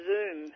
Zoom